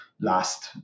last